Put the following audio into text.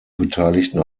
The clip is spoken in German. beteiligten